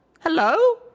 Hello